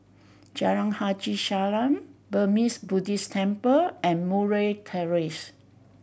Jalan Haji Salam Burmese Buddhist Temple and Murray Terrace